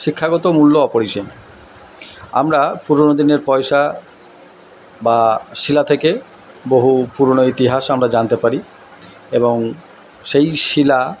শিক্ষাগত মূল্য অপরিসীম আমরা পুরোনো দিনের পয়সা বা শিলা থেকে বহু পুরোনো ইতিহাস আমরা জানতে পারি এবং সেই শিলা